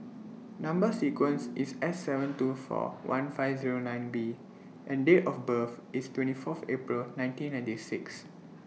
Number sequence IS S seven two four one five Zero nine B and Date of birth IS twenty Fourth April nineteen ninety six